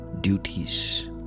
duties